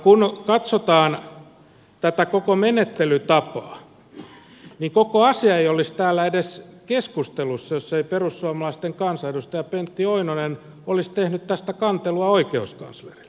kun katsotaan tätä koko menettelytapaa niin koko asia ei olisi täällä edes keskustelussa jos ei perussuomalaisten kansanedustaja pentti oinonen olisi tehnyt tästä kantelua oikeuskanslerille